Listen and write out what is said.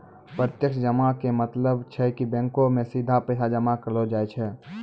प्रत्यक्ष जमा के मतलब छै कि बैंको मे सीधा पैसा जमा करलो जाय छै